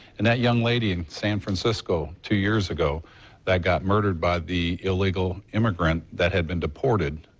and that young lady in san francisco two years ago that got murder by the illegal immigrant that had been deported,